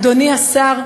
אדוני השר,